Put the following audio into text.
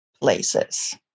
places